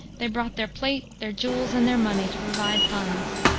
they brought their plate, their jewels, and their money, to provide funds.